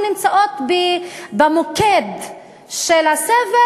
אנחנו נמצאות במוקד של הסבל,